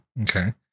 Okay